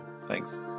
thanks